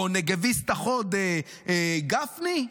או נגביסט החוד גפני?